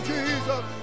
Jesus